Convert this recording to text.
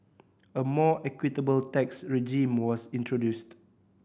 a more equitable tax regime was introduced